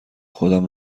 خودم